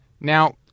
Now